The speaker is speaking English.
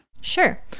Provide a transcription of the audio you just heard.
Sure